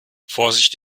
vorsicht